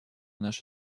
наша